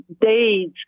days